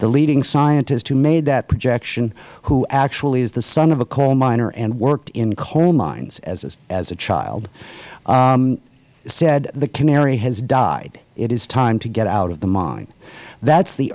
the leading scientist who made that projection who actually is the son of a coal miner and worked in coal mines as a child said the canary has died it is time to get out of the mine that is the